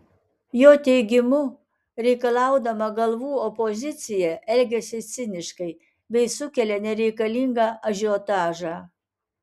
jo teigimu reikalaudama galvų opozicija elgiasi ciniškai bei sukelia nereikalingą ažiotažą